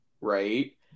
right